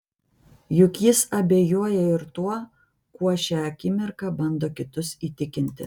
juk jis abejoja ir tuo kuo šią akimirką bando kitus įtikinti